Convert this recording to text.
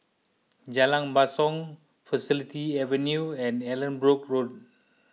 Jalan Basong Faculty Avenue and Allanbrooke Road